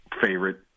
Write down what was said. Favorite